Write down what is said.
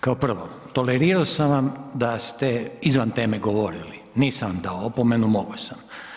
Kao prvo, tolerirao sam vam da ste izvan teme govorili, nisam vam dao opomenu mogao sam.